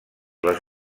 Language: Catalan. les